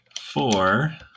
Four